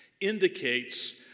indicates